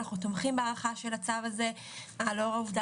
אנחנו תומכים בהארכה של הצו הזה לאור העובדה